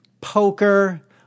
poker